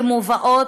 שמובאות,